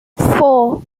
four